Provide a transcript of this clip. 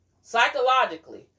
Psychologically